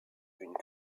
une